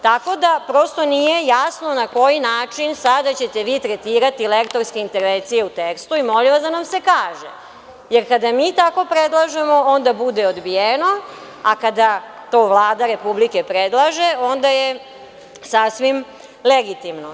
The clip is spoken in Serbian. Tako da, prosto nije jasno na koji način ćete sada vi tretirati lektorske intervencije u tekstu i molim vas da nam se kaže, jer kada mi tako predlažemo, onda bude odbijeno, a kada to Vlada Republike predlaže, onda je sasvim legitimno.